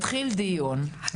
מתחיל דיון הזוי.